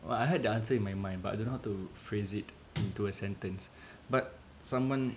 well I had the answer in my mind but I don't know how to phrase it into a sentence but someone